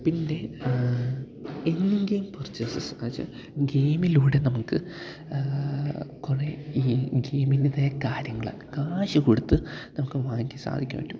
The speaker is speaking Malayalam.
പിന്നെ എൻഡ്ഗെയിം പർച്ചേസസ് എന്നുവച്ചാല് ഗെയിമിലൂടെ നമ്മള്ക്ക് കുറേ ഈ ഗെയിമിന്റേതായ കാര്യങ്ങള് കാശു കൊടുത്ത് നമുക്ക് വാങ്ങി സാധിക്കാന് പറ്റും